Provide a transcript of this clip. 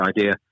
idea